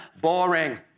Boring